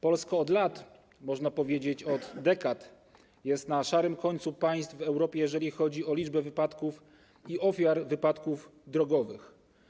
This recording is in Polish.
Polska od lat - można powiedzieć, że od dekad - jest na szarym końcu państw w Europie, jeżeli chodzi o liczbę wypadków i ofiar wypadków drogowych.